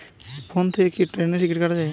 Phone থেকে কি ট্রেনের টিকিট কাটা য়ায়?